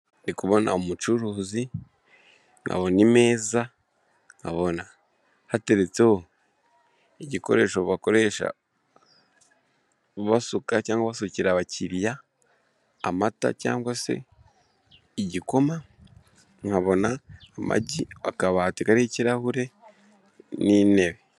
Ndi kubona umucuruzi, nkabona imeza, nkabona hateretseho igikoresho bakoresha basuka cyangwa basukira abakiriya amata cyangwa se igikoma, nkabona amagi, akabati kariho ikirarahure n'intebe.